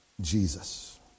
Jesus